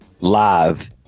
live